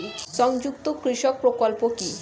সংযুক্ত কৃষক প্রকল্প কি?